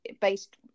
based